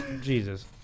Jesus